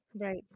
Right